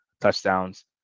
touchdowns